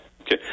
Okay